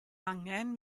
angen